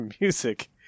music